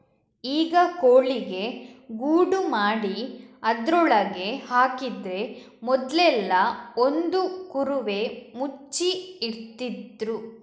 ಈಗ ಕೋಳಿಗೆ ಗೂಡು ಮಾಡಿ ಅದ್ರೊಳಗೆ ಹಾಕಿದ್ರೆ ಮೊದ್ಲೆಲ್ಲಾ ಒಂದು ಕುರುವೆ ಮುಚ್ಚಿ ಇಡ್ತಿದ್ರು